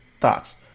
thoughts